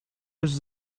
was